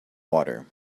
water